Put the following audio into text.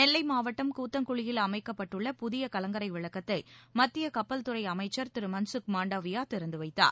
நெல்லை மாவட்டம் கூத்தன்குளியில் அமைக்கப்பட்டுள்ள புதிய கலங்கரை விளக்கத்தை மத்திய கப்பல் துறை அமைச்சர் திரு மன்சுக் மண்டாவியா திறந்து வைத்தார்